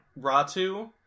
Ratu